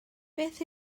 beth